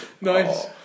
Nice